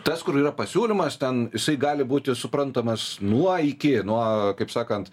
tas kur yra pasiūlymas ten jisai gali būti suprantamas nuo iki nuo kaip sakant